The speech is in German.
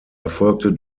erfolgte